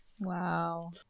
Wow